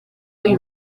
uyu